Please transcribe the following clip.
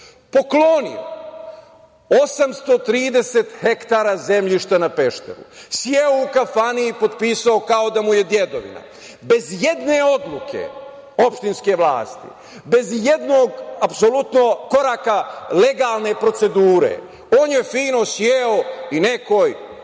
poklonio 830 hektara zemljišta na Pešteru. Seo u kafanu i potpisao kao da mu je dedovina. Bez jedne odluke, opštinske vlasti, bez jednog, apsolutno koraka legalne procedure, on je fino sedeo, i nekoj stranoj